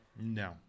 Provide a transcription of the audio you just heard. No